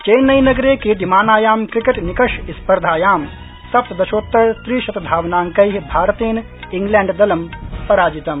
चेन्नई नगरे क्रीड्यमानायां क्रिकेट निकष स्पर्धायां सप्तदशोत्तर त्रिशतधावनांकै भारतेन इंग्लैण्डदलम् पराजितम्